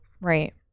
Right